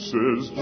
Says